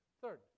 Third